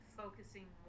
focusing